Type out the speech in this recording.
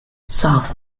south